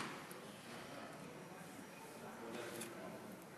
תודה למזכירת